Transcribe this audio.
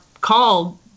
called